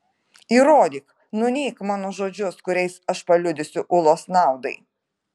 įrodyk nuneik mano žodžius kuriais aš paliudysiu ulos naudai